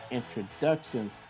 introductions